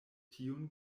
tiun